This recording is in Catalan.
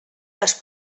les